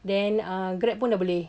then ah grab pun dah boleh